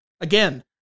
Again